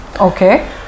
Okay